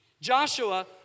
Joshua